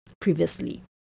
previously